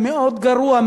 מאוד גרוע,